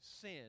sin